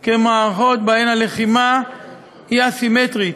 מסתמנות כמערכות שבהן הלחימה היא א-סימטרית,